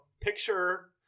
picture